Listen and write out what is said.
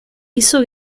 hizo